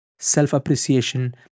self-appreciation